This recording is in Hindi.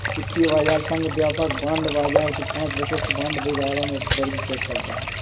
वित्तीय बाजार संघ व्यापक बांड बाजार को पांच विशिष्ट बांड बाजारों में वर्गीकृत करता है